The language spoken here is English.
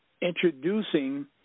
introducing